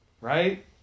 right